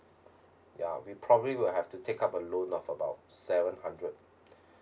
ya we probably will have to take up a loan of about seven hundred